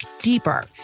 deeper